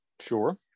Sure